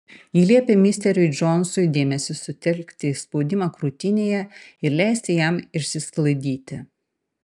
ji liepė misteriui džonsui dėmesį sutelkti į spaudimą krūtinėje ir leisti jam išsisklaidyti